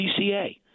CCA